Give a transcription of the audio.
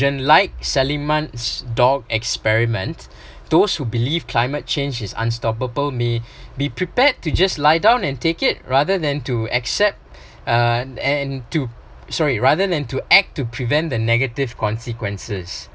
the like seligman's dog experiment those who believe climate change is unstoppable may be prepared to just lie down and take it rather than to accept uh and to sorry rather than to act to prevent the negative consequences